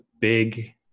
big